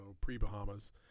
pre-Bahamas